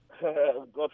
God